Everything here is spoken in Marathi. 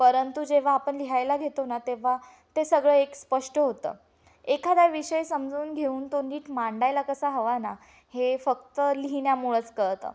परंतु जेव्हा आपण लिहायला घेतो ना तेव्हा ते सगळं एक स्पष्ट होतं एखादा विषय समजून घेऊन तो नीट मांडायला कसा हवा ना हे फक्त लिहिण्यामुळेच कळतं